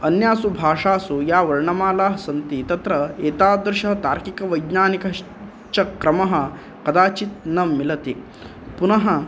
अन्यासु भाषासु या वर्णमालाः सन्ति तत्र एतादृशः तार्किकवैज्ञानिकश्च क्रमः कदाचित् न मिलति पुनः